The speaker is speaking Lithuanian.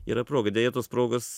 yra proga deja tos progos